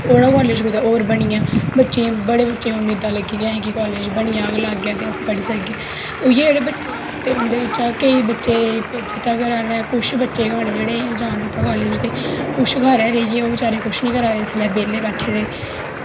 ओड़ा कालेज कुदै होर बनिया बच्चें गी बड़ें गी मेदां बनी दियां हां कि कालेज बनी जा लाग्गै ते अस पढ़ी सकगै ते उ'ऐ जेह्ड़े बच्चे ऐ ते उं'दै बिच्चा केईं बच्चे भेजी दित्ता घरा आह्लें कुछ गै बच्चे होने जि'नें गी नेईं जान दित्ता कालेज ते कुछ घर गै रेहिये ओह् बचारे कुछ निं करा दे बेल्लै बैठे दे